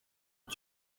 ari